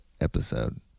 episode